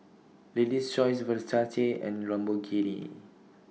Lady's Choice Versace and Lamborghini